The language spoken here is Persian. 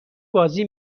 بازی